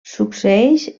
succeeix